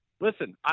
listen